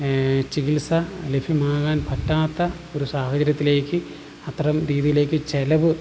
ചികിത്സ ലഭ്യമാക്കാൻ പറ്റാത്ത ഒരു സാഹചര്യത്തിലേക്ക് അത്തരം രീതിയിലേക്ക് ചിലവ്